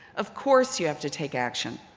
of course you have to take action.